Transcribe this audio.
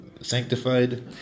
sanctified